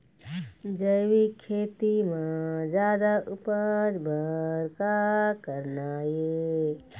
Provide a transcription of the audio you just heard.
जैविक खेती म जादा उपज बर का करना ये?